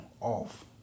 off